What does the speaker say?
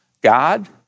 God